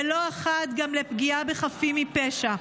ולא אחת גם לפגיעה בחפים מפשע,